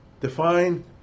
define